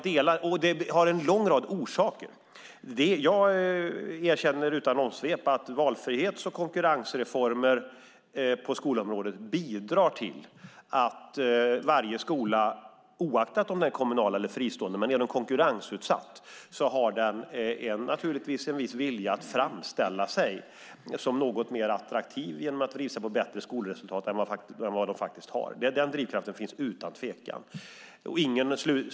Det finns en lång rad orsaker till orättvisan. Jag erkänner utan omsvep att valfrihets och konkurrensreformer på skolområdet bidrar till att varje skola, oberoende av om den är kommunal eller fristående men genom att vara konkurrensutsatt, naturligtvis har en viss vilja att framställa sig som mer attraktiv genom att visa på bättre skolresultat än vad man faktiskt har. Den drivkraften finns utan tvekan.